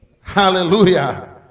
hallelujah